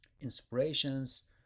inspirations